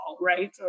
right